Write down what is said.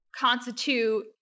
Constitute